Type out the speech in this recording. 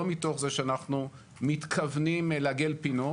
מתוך זה שאנחנו מתכוונים לעגל פינות.